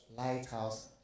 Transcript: Lighthouse